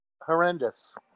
Horrendous